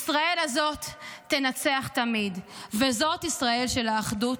ישראל הזאת תנצח תמיד, וזאת ישראל של האחדות.